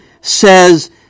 says